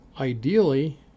Ideally